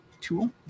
tool